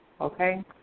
Okay